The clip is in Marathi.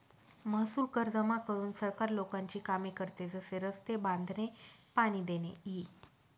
महसूल कर जमा करून सरकार लोकांची कामे करते, जसे रस्ते बांधणे, पाणी देणे इ